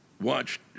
watched